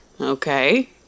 Okay